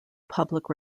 public